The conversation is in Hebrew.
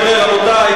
רבותי,